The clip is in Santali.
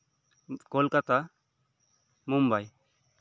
ᱠᱳᱞᱠᱟᱛᱟ ᱢᱳᱢᱵᱟᱭ